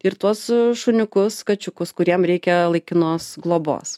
ir tuos šuniukus kačiukus kuriem reikia laikinos globos